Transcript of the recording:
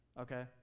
okay